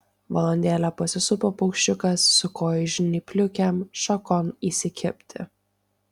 valandėlę pasisupo paukščiukas su kojų žnypliukėm šakon įsikibti